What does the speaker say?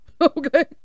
Okay